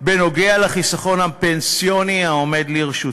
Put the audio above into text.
בנוגע לחיסכון הפנסיוני העומד לרשותו.